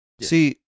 See